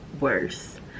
worse